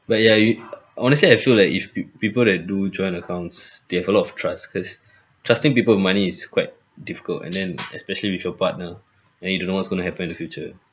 but ya you honestly I feel like if it people that do joint accounts they have a lot of trust cause trusting people with money is quite difficult and then especially with your partner and you don't know what's going to happen in the future